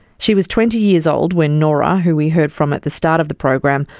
she was twenty years old when nora, who we heard from at the start of the program,